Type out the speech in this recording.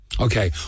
Okay